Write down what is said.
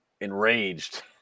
enraged